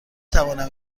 توانم